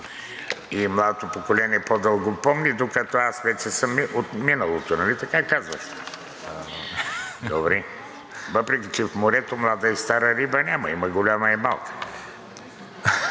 и младото поколение по-дълго помни, докато аз съм вече от миналото. Нали така казват! Добре, въпреки че в морето млада и стара риба няма, има голяма и малка!